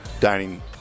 dining